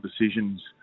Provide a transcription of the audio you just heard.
decisions